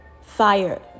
fire